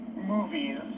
movies